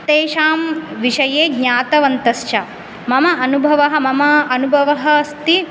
तेषां विषये ज्ञातवन्तश्च मम अनुभवः मम अनुभवः अस्ति